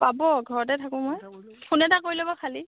পাব ঘৰতে থাকোঁ মই ফোন এটা কৰি ল'ব খালী